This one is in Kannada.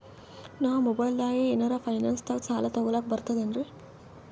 ನಾ ಮೊಬೈಲ್ದಾಗೆ ಏನರ ಫೈನಾನ್ಸದಾಗ ಸಾಲ ತೊಗೊಲಕ ಬರ್ತದೇನ್ರಿ?